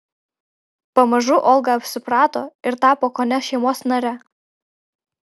pamažu olga apsiprato ir tapo kone šeimos nare